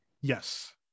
Yes